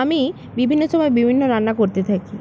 আমি বিভিন্ন সময় বিভিন্ন রান্না করতে থাকি